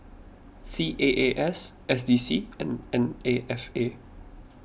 C A A S S D C and N N A F A